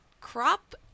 Crop